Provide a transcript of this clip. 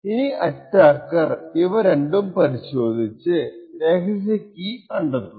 ഇനി അറ്റാക്കർ ഇവ രണ്ടും പരിശോധിച്ച് രഹസ്യ കീ കണ്ടെത്തും